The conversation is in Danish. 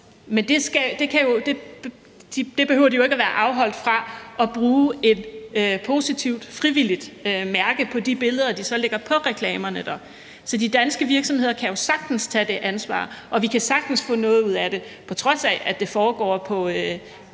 men det behøver jo ikke at afholde dem fra at bruge et positivt, frivilligt mærke på de billeder, de bruger i reklamerne dér. De danske virksomheder kan jo sagtens tage det ansvar, og vi kan sagtens få noget ud af det, på trods af at det foregår på